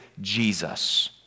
jesus